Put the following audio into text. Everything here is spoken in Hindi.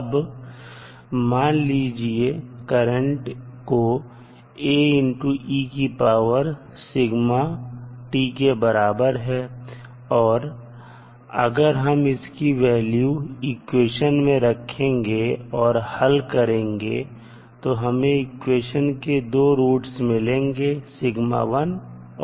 अब मान लीजिए करंट को के बराबर है और अगर हम इसकी वैल्यू इक्वेशन में रखेंगे और हल करेंगे तो हमें इक्वेशन के दो रूट्स मिलेंगे और